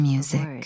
Music